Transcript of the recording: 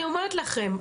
אני אומרת לכן,